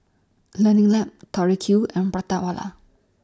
Learning Lab Tori Q and Prata Wala